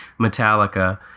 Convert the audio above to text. Metallica